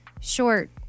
short